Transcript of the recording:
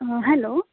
hello